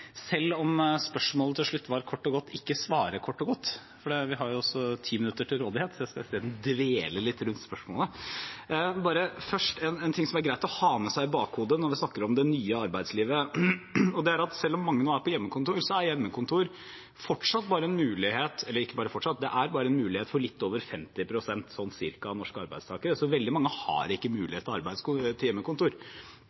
selv om spørsmålet til slutt var kort og godt, ikke svare kort og godt. Jeg har jo også 10 minutter til rådighet, så jeg vil dvele litt rundt spørsmålet. Bare først en ting som er greit å ha med seg i bakhodet når vi snakker om det nye arbeidslivet, og det er at selv om mange har hjemmekontor, er det fortsatt bare en mulighet for litt over ca. 50 pst. av norske arbeidstakere. Så veldig mange har ikke